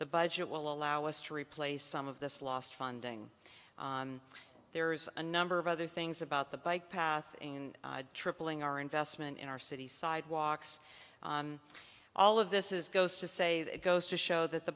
the budget will allow us to replace some of this lost funding there's a number of other things about the bike path in tripling our investment in our city sidewalks all of this is goes to say that it goes to show that the